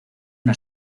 una